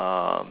um